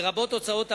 לרבות הוצאות הבית,